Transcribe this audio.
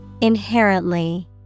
Inherently